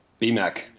BMAC